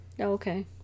Okay